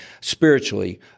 spiritually